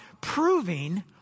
proving